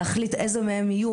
להחליט איזה מהם יהיו,